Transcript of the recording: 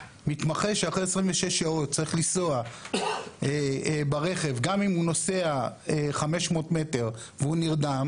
מתמחה שאחרי 26 שעות צריך לנסוע ברכב גם אם הוא נוסע 500 מטר והוא נרדם